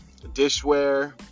dishware